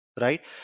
Right